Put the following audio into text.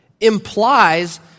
implies